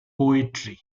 poetry